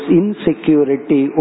insecurity